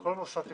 כל מוסד תכנון.